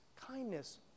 kindness